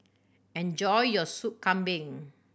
enjoy your Soup Kambing